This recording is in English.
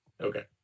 Okay